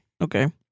Okay